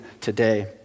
today